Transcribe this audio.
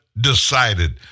decided